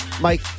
Mike